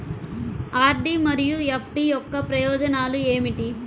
RD మరియు FD యొక్క ప్రయోజనాలు ఏమిటి?